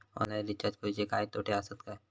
Online recharge करुचे काय तोटे आसत काय?